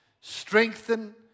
strengthen